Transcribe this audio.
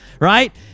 Right